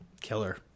Killer